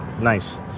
nice